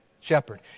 shepherd